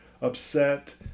upset